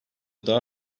daha